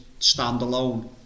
standalone